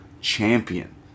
champion